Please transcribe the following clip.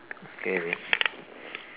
okay wait